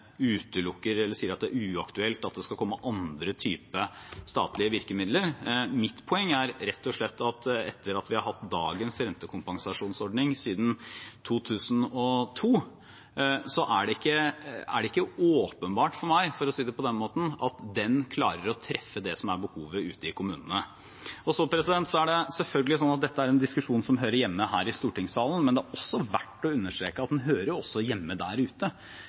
utelukker eller sier at det er uaktuelt at det skal komme andre typer statlige virkemidler. Mitt poeng er rett og slett at etter at vi har hatt dagens rentekompensasjonsordning siden 2002, er det ikke åpenbart for meg – for å si det på den måten – at den klarer å treffe det som er behovet ute i kommunene. Så er selvfølgelig dette en diskusjon som hører hjemme her i stortingssalen, men det er verdt å understreke at den hører også hjemme der ute.